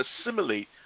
assimilate